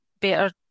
better